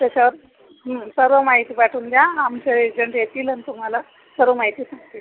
त्याच्यावर सर्व माहिती पाठवून द्या आमचे एजंट येतील आणि तुम्हाला सर्व माहिती सांगतील